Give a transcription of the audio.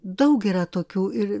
daug yra tokių ir